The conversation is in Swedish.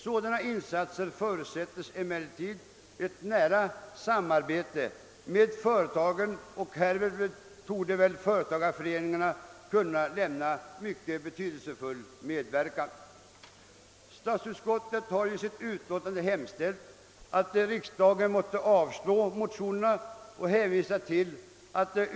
Sådana insatser förutsätter emellertid ett nära samarbete med företagen, och här torde företagareföreningarna kunna lämna mycket betydelsefull medverkan. Statsutskottet har i sitt utlåtande hemställt att riksdagen måtte avslå motionerna.